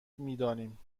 میدانیم